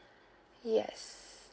yes